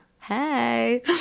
Hey